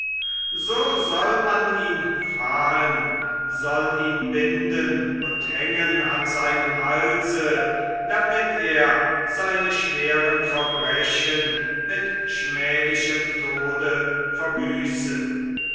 so soll man ihn fahen soll ihn binden und hängen an seinem halse damit er seine schweren verbrechen mit schmählichem tode verbüße